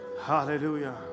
Hallelujah